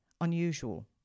unusual